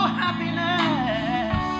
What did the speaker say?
happiness